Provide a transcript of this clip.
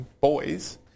boys